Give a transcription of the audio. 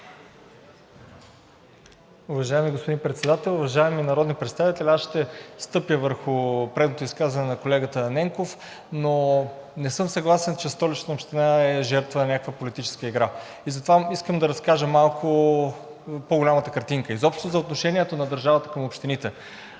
Уважаеми господин Председател, уважаеми народни представители! Аз ще стъпя върху предното изказване на колегата Ненков, но не съм съгласен, че Столична община е жертва на някаква политическа игра. Затова искам да разкажа малко по-голямата картинка, изобщо за отношението на държавата към общините.